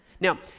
now